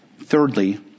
Thirdly